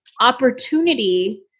opportunity